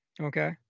okay